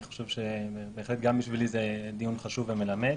אני חושב שגם בשבילי זה דיון חשוב ומלמד.